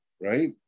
right